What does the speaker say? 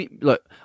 look